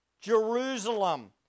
Jerusalem